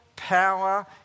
power